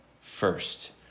first